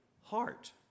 heart